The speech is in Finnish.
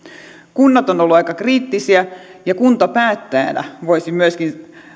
kunnat ovat olleet aika kriittisiä ja kuntapäättäjänä voisin myöskin